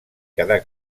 quedar